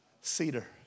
Cedar